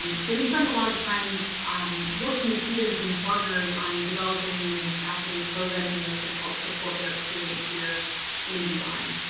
um so we spend a lot of time um working with students and partners on developing and scaffolding programming that's going to help support their experience here and beyond.